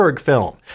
film